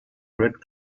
red